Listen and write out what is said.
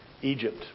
Egypt